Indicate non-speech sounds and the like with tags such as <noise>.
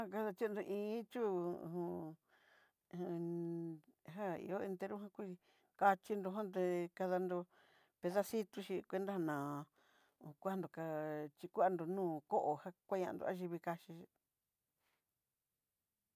Kadañonró i iin chu'u- hu u u-. <hesitation> já ihó entero ján kudí kaxhinró jondé kadanró pedacitó chí cuenta ná ho kuendó ká chikuandó nu'u koo ján kueñandó ayivii kaxhi xí.